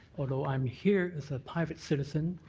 although i'm here as a private citizen.